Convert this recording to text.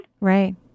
Right